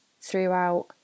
throughout